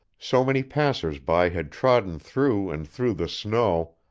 so many passers-by had trodden through and through the snow,